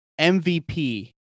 MVP